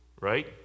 right